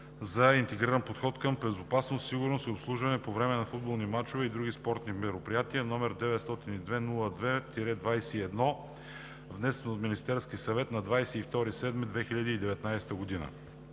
за интегриран подход към безопасност, сигурност и обслужване по време на футболни мачове и други спортни мероприятия, № 902-02-21, внесен от Министерския съвет на 22 юли 2019 г.